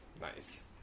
Nice